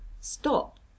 Stop